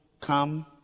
come